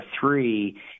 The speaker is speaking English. three